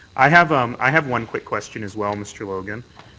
i have um i have one quick question as well, mr. logan.